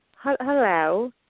Hello